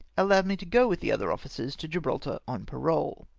allowed me to go with the other officers to gibraltar on two mrole.